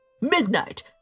Midnight